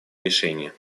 решения